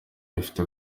rifite